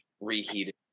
reheated